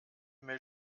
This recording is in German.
mail